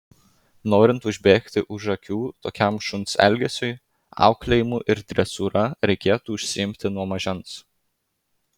norint užbėgti už akių tokiam šuns elgesiui auklėjimu ir dresūra reikėtų užsiimti nuo mažens